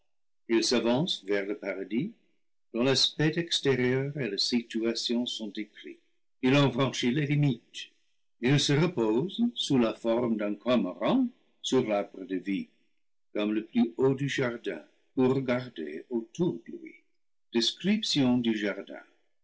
il s'avance vers le paradis dont l'aspect extérieur et la situation sont décrits il en franchit les limites il se repose sous la forme d'un cormoran sur l'arbre de vie comme le plus haut du jardin pour regarder autour de lui description du jardin